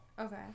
okay